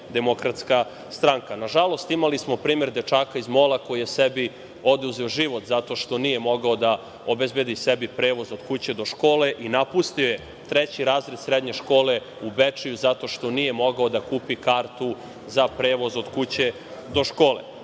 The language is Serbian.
Demokratska stranka. Nažalost, imali smo primer dečaka iz Mola, koji je sebi oduzeo život zato što nije mogao da obezbedi sebi prevoz od kuće do škole i napustio je treći razred srednje škole u Bečeju zato što nije mogao da kupi kartu za prevoz od kuće do škole.